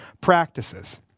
practices